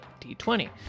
D20